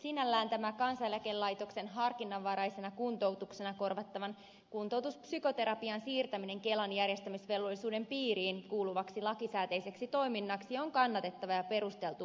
sinällään tämä kansaneläkelaitoksen harkinnanvaraisena kuntoutuksena korvattavan kuntoutuspsykoterapian siirtäminen kelan järjestämisvelvollisuuden piiriin kuuluvaksi lakisääteiseksi toiminnaksi on kannatettava ja perusteltu uudistus